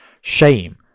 shame